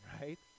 right